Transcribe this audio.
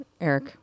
Eric